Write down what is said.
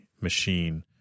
machine